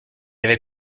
avait